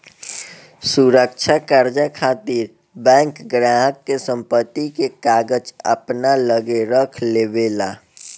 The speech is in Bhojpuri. सुरक्षा कर्जा खातिर बैंक ग्राहक के संपत्ति के कागज अपना लगे रख लेवे ला